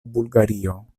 bulgario